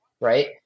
right